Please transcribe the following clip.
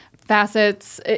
Facets